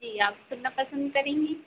जी आप सुनना पसंद करेंगी